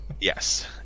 Yes